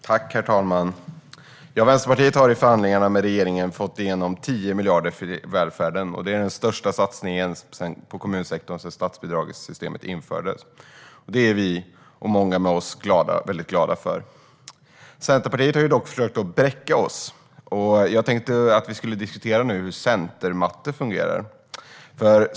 Herr talman! Ja, Vänsterpartiet har i förhandlingarna med regeringen fått igenom 10 miljarder för välfärden. Det är den största satsningen på kommunsektorn sedan statsbidragssystemet infördes. Det är vi, och många med oss, väldigt glada för. Centerpartiet har dock försökt bräcka oss. Jag tänkte att vi nu skulle diskutera hur centermatte fungerar.